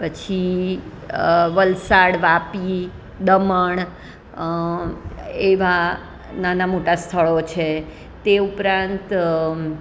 પછી વલસાડ વાપી દમણ એવા નાના મોટા સ્થળો છે તે ઉપરાંત